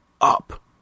up